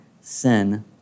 sin